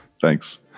Thanks